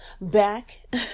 back